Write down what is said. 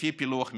לפי פילוח מגדרי.